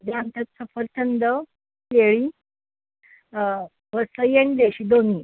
हे आमच्यात सफरचंद केळी वसई आणि देशी दोन्ही